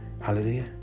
Hallelujah